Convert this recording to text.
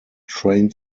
train